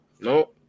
No